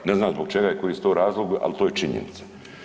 Ne znam zbog čega i koji je to razlog, al to je činjenica.